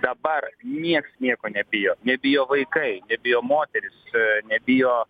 dabar nieks nieko nebijo nebijo vaikai nebijo moterys nebijo